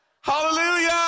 Hallelujah